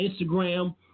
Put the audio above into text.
Instagram